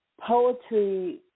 poetry